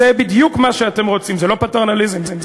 זה פטרנליזם.